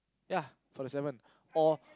ya forty seven or